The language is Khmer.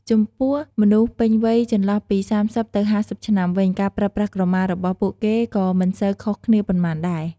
ចំពោះមនុស្សពេញវ័័យចន្លោះពី ៣០ទៅ៥០ឆ្នាំវិញ ការប្រើប្រាស់ក្រមារបស់ពួកគេក៏មិនសូវខុសគ្នាប៉ុន្មានដែរ។